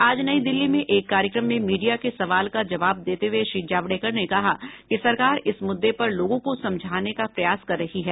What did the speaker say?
आज नई दिल्ली में एक कार्यक्रम में मीडिया के सवाल का जवाब देते हुए श्री जावड़ेकर ने कहा कि सरकार इस मुद्दे पर लोगों को समझाने का प्रयास कर रही है